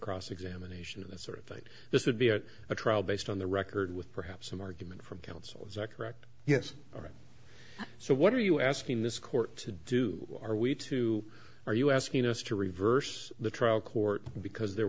cross examination that sort of thing this would be a trial based on the record with perhaps some argument from counsel is that correct yes all right so what are you asking this court to do are we to are you asking us to reverse the trial court because there